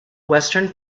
western